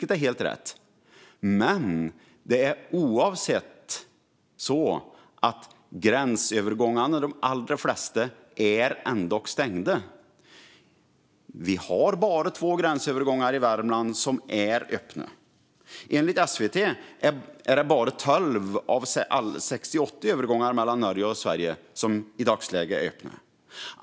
Det är helt rätt, men oavsett detta är det så att de allra flesta gränsövergångar är stängda. Det är bara två gränsövergångar i Värmland som är öppna. Enligt SVT är det bara 12 av 68 övergångar mellan Norge och Sverige som i dagsläget är öppna.